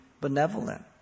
benevolent